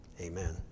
Amen